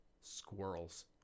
Squirrels